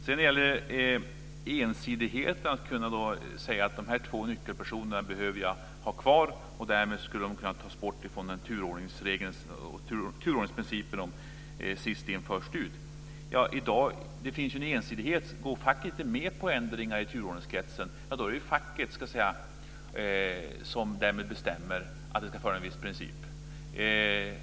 Beträffande ensidigheten att kunna säga att vissa nyckelpersoner behöver finnas kvar och att de därmed ska kunna tas bort från turordningsprincipen om först in sist ut ska jag säga att det i dag finns en ensidighet. Går facket med på ändringar i turordningskretsen då är det facket som bestämmer att man ska följa en viss princip.